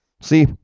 see